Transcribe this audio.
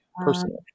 personally